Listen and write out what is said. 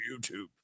youtube